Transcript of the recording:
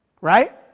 Right